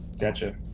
Gotcha